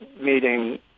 meeting